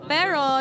pero